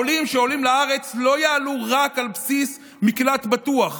העולים שעולים לארץ לא יעלו רק על בסיס מקלט בטוח.